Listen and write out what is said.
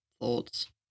Thoughts